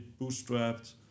bootstrapped